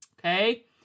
Okay